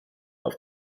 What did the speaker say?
auf